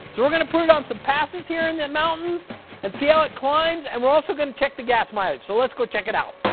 we're going to put it on some passes here in the mountains and see how it climbs, and were also going to check the gas mileage so let's go check it out.